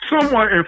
somewhat